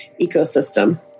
ecosystem